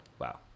wow